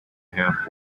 half